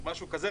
משהו כזה,